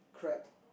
correct